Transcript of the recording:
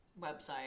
website